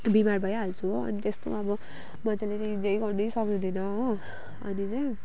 बिमार भइहाल्छु हो अनि त्यस्तो अब मज्जाले नै इन्जोइ गर्नै सक्दिनँ हो अनि चाहिँ